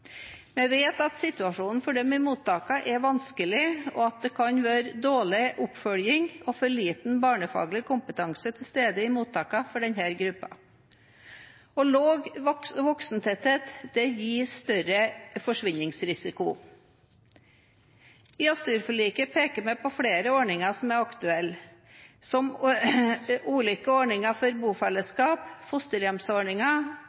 Vi vet at situasjonen for dem i mottakene er vanskelig, og at det kan være dårlig oppfølging og for liten barnefaglig kompetanse til stede i mottakene for denne gruppen. Lav voksentetthet gir større forsvinningsrisiko. I asylforliket peker vi på flere ordninger som er aktuelle, som ulike ordninger for